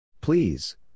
Please